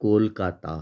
Kolkata